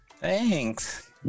Thanks